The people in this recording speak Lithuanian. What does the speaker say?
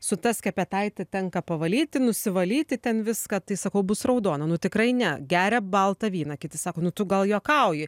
su ta skepetaite tenka pavalyti nusivalyti ten viską tai sakau bus raudona nu tikrai ne geria baltą vyną kiti sako nu tu gal juokauji